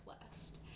blessed